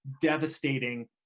devastating